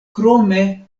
krome